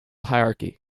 hierarchy